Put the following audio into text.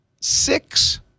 six